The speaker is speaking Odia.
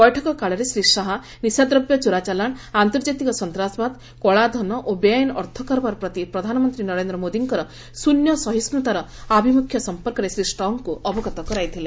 ବୈଠକ କାଳରେ ଶ୍ରୀ ଶାହା ନିଶାଦ୍ରବ୍ୟ ଚୋରାଚାଲାଣ ଆନ୍ତର୍ଜାତିକ ସନ୍ତାସବାଦ କଳାଧନ ଓ ବେଆଇନ ଅର୍ଥ କାରବାର ପ୍ରତି ପ୍ରଧାନମନ୍ତ୍ରୀ ନରେନ୍ଦ୍ର ମୋଦିଙ୍କର ଶ୍ରନ୍ୟ ସହିଷ୍ଠୁତାର ଆଭିମୁଖ୍ୟ ସମ୍ପର୍କରେ ଶ୍ରୀ ଷ୍ଟକ୍ଙ୍କୁ ଅବଗତ କରାଇଥିଲେ